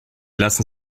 lassen